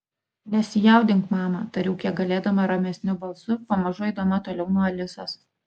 nesijaudink mama tariau kiek galėdama ramesniu balsu pamažu eidama toliau nuo alisos